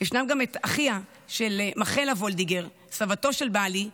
ישנו גם את אחיה של מכלה וולדיגר, סבתו של בעלי,